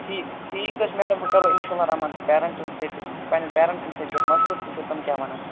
ٹھیٖک ٹھیٖک حٲز چھُ میڈم ووں کَرو انشاء اللہ رحمٰن تیٚلہِ پیرَنٹن سۭتۍ أسۍ پَنٮ۪ن پیرَنٹن سۭتۍ گَرِ مشوَرٕ وُچھوتِم کیا وَننۍ